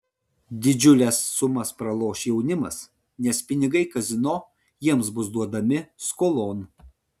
didžiules sumas praloš jaunimas nes pinigai kazino jiems bus duodami skolon